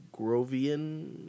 Grovian